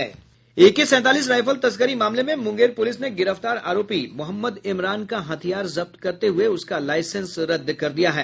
एके सैंतालीस राइफल तस्करी मामले में मुंगेर पुलिस ने गिरफ्तार आरोपी मोहम्मद इमरान का हथियार जब्त करते हुए उसका लाईसेंस रद्द कर दिया है